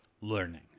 learning